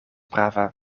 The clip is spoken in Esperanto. prava